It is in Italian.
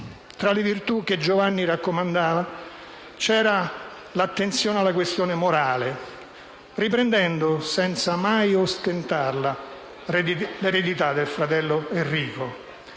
Tra le virtù che Giovanni raccomandava c'era l'attenzione alla questione morale, riprendendo, senza mai ostentarla, l'eredità del fratello Enrico.